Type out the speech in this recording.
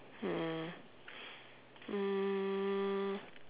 um um